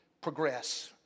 progress